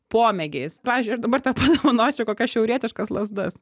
pomėgiais pavyzdžiui aš dabar tau padovanočiau kokias šiaurietiškas lazdas